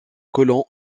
colons